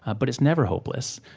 ah but it's never hopeless.